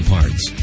Parts